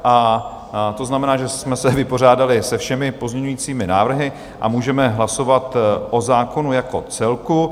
A to znamená, že jsme se vypořádali se všemi pozměňovacími návrhy a můžeme hlasovat o zákonu jako celku.